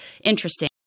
interesting